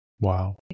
Wow